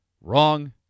Wrong